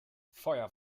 feuer